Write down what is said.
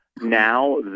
now